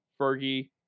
Fergie